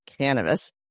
cannabis